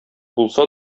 булса